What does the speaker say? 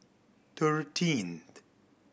thirteen